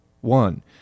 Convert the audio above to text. One